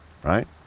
right